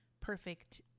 perfect